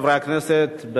חברי הכנסת,